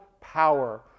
power